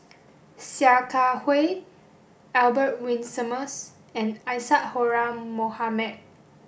Sia Kah Hui Albert Winsemius and Isadhora Mohamed